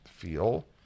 feel